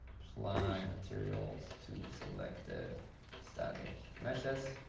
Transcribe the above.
apply materials to selected static meshes.